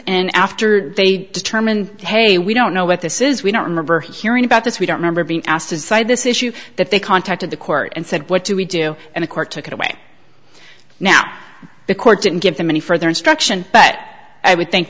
and after they determine hey we don't know what this is we don't remember hearing about this we don't remember being asked to decide this issue that they contacted the court and said what do we do and the court took it away now the court didn't give them any further instruction but i would think